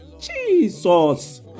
Jesus